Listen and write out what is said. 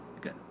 good